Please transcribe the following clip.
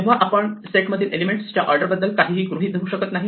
तेव्हा आपण सेट मधील एलिमेंट च्या ऑर्डर बद्दल काहीही गृहीत धरू शकत नाही